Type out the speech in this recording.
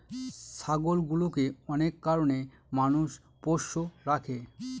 ছাগলগুলোকে অনেক কারনে মানুষ পোষ্য রাখে